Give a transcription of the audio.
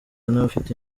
n’abafite